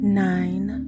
nine